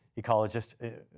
ecologist